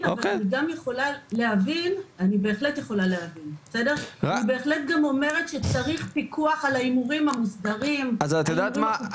אני גם בהחלט אומרת שצריך פיקוח על ההימורים המוסדרים את יודעת מה?